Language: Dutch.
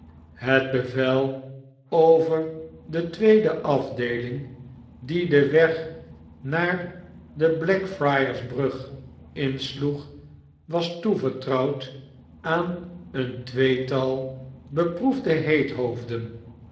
het bevel over de tweede afdeeling die den weg naar de blackfriars brug insloeg was toevertrouwd aan een tweetal beproefde